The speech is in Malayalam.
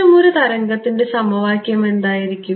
അത്തരമൊരു തരംഗത്തിൻറെ സമവാക്യം എന്തായിരിക്കും